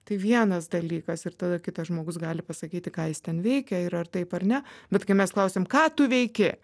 tai vienas dalykas ir tada kitas žmogus gali pasakyti ką jis ten veikia ir ar taip ar ne bet kai mes klausiam ką tu veiki